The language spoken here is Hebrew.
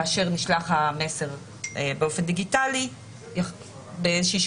כאשר נשלח המסר באופן דיגיטלי בשקילות